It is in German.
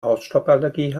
hausstauballergie